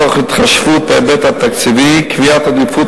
תוך התחשבות בהיבט התקציבי וקביעת עדיפויות